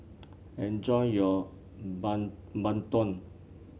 enjoy your bandung